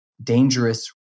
dangerous